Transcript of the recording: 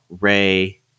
Ray